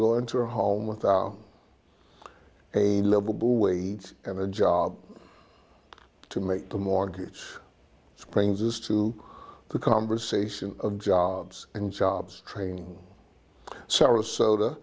go into a home without a livable wage and a job to make the mortgage brings us to the conversation of jobs and jobs training sarasota